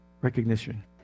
recognition